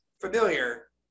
familiar